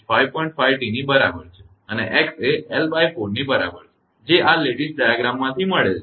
5T ની બરાબર છે અને x એ 𝑙4 ની બરાબર છે જે આ લેટીસ ડાયાગ્રામમાંથી છે